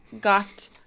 got